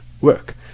work